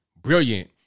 Brilliant